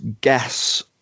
guess